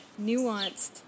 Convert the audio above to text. nuanced